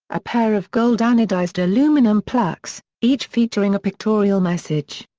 a pair of gold-anodized aluminum plaques, each featuring a pictorial message.